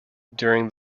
during